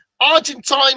Argentine